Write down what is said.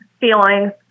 feelings